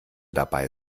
dabei